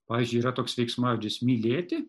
pavyzdžiui yra toks veiksmažodis mylėti